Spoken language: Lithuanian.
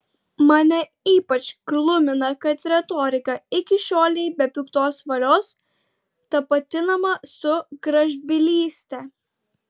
mane ypač glumina kad retorika iki šiolei be piktos valios tapatinama su gražbylyste